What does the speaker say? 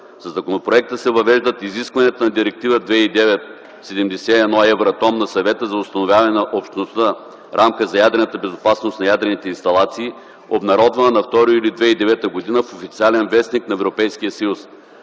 Със законопроекта се въвеждат изискванията на Директива 2009/71/ Евратом на Съвета за установяване на общностна рамка за ядрена безопасност на ядрените инсталации, обнародвана на 2 юли 2009 г. в „Официален вестник” на Европейския съюз.